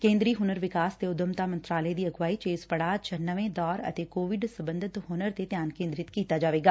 ਕੇਂਦਰੀ ਹੁਨਰ ਵਿਕਾਸ ਤੇ ਉਦਮੱਤਾ ਮੰਤਰਾਲੇ ਦੀ ਅਗਵਾਈ ਚ ਇਸ ਪੜਾਅ ਵਿਚ ਨਵੇ ਦੌਰ ਅਤੇ ਕੋਵਿਡ ਸਬੰਧਤ ਹੁਨਰ ਤੇ ਧਿਆਨ ਕੇਂਦਰਿਤ ਕੀਤਾ ਜਾਵੇਗਾ